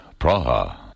Praha